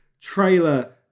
trailer